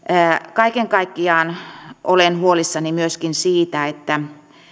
kaiken kaikkiaan olen huolissani myöskin siitä että